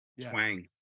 twang